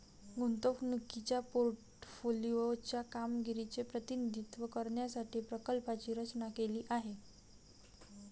गुंतवणुकीच्या पोर्टफोलिओ च्या कामगिरीचे प्रतिनिधित्व करण्यासाठी प्रकल्पाची रचना केली आहे